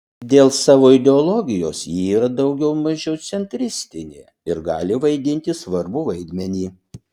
dėl savo ideologijos ji yra daugiau mažiau centristinė ir gali vaidinti svarbų vaidmenį